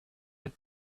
get